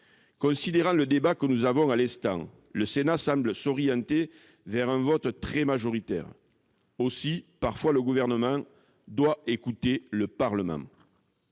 Considérant le débat que nous avons à l'instant, le Sénat semble s'orienter vers un vote très majoritaire. Aussi, parfois le Gouvernement doit écouter le Parlement.